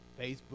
Facebook